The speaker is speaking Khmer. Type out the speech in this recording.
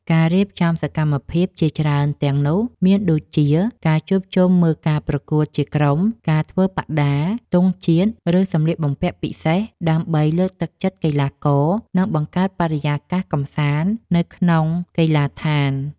ការរៀបចំសកម្មភាពជាច្រើនទាំងនោះមានដូចជា ការជួបជុំមើលការប្រកួតជាក្រុម ការធ្វើបដា ទង់ជាតិ ឬសម្លៀកបំពាក់ពិសេស ដើម្បីលើកទឹកចិត្តកីឡាករ និងបង្កើតបរិយាកាសកម្សាន្តនៅក្នុងកីឡាដ្ឋាន។